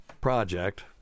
project